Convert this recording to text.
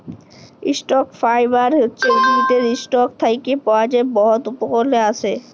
stock fibre হছে উদ্ভিদের ইসটক থ্যাকে পাওয়া যার বহুত উপকরলে আসে